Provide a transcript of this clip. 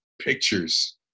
pictures